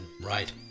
right